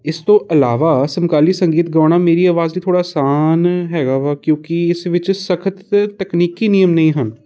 ਇਸ ਤੋਂ ਇਲਾਵਾ ਸਮਕਾਲੀ ਸੰਗੀਤ ਗਾਉਣਾ ਮੇਰੀ ਆਵਾਜ਼ 'ਤੇ ਥੋੜ੍ਹਾ ਅਸਾਨ ਹੈਗਾ ਵਾ ਕਿਉਂਕਿ ਇਸ ਵਿੱਚ ਸਖ਼ਤ ਤਕਨੀਕੀ ਨਿਯਮ ਨਹੀਂ ਹਨ